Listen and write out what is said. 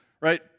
right